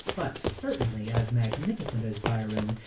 but certainly as magnificent as byron,